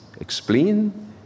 explain